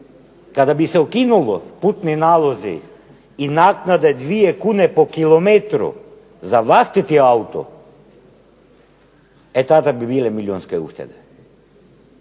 kada bi se ukinulo putni nalozi i naknade 2 kune po kilometru za vlastiti auto, e tada bi bile milijunske uštede,